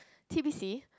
T_B_C